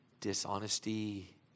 dishonesty